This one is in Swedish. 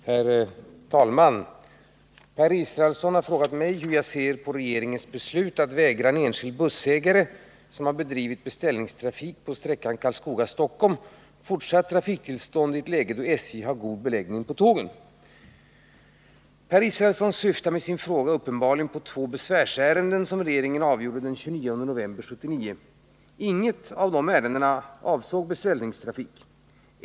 Herr talman! Per Israelsson har frågat mig hur jag ser på regeringens beslut att vägra en enskild bussägare, som har bedrivit beställningstrafik på sträckan Karlskoga-Stockholm, fortsatt trafiktillstånd i ett läge då SJ har god beläggning på tågen. Per Israelsson syftar med sin fråga uppenbarligen på två besvärsärenden som regeringen avgjorde den 29 november 1979. Intet av dessa ärenden avsåg beställningstrafik.